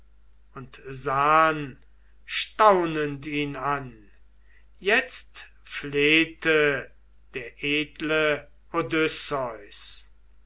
und sahn staunend ihn an jetzt flehte der edle